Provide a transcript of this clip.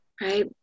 right